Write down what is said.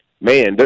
man